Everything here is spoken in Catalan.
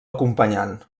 acompanyant